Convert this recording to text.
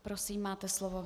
Prosím, máte slovo.